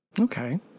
Okay